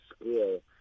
school